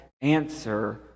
answer